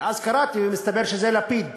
ואז קראתי, ומסתבר שזה לפיד.